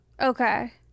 okay